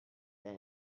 that